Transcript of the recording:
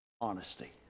Honesty